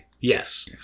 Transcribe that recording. Yes